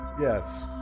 yes